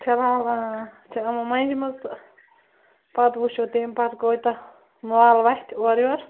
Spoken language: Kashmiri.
فِلحال چھِ یِمو مٔنٛجمٕژ تہٕ پتہٕ وُچھُو تَمہِ پتہٕ کوٗتاہ مال وَتھِ اورٕ یور